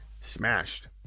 smashed